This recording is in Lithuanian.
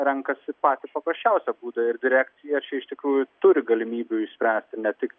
renkasi patį paprasčiausią būdą ir direkcija čia iš tikrųjų turi galimybių išspręsti ne tik